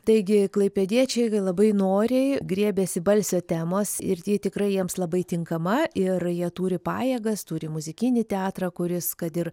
taigi klaipėdiečiai labai noriai griebėsi balsio temos ir ji tikrai jiems labai tinkama ir jie turi pajėgas turi muzikinį teatrą kuris kad ir